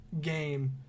game